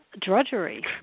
Drudgery